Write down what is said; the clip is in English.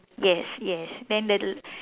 yes yes then the l~